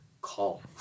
call